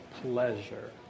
pleasure